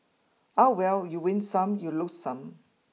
ah well you win some you lose some